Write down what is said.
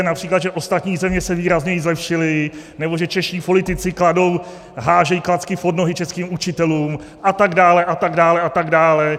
Například, že ostatní země se výrazněji zlepšily, nebo že čeští politici házejí klacky pod nohy českým učitelům, a tak dále, a tak dále, a tak dále.